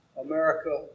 America